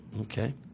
Okay